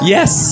Yes